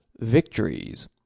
victories